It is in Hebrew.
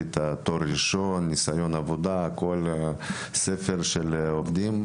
התואר הראשון, ניסיון העבודה או ספר העובדים.